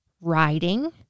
Riding